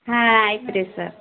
ಹಾಂ ಆಯ್ತುರೀ ಸರ್